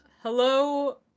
Hello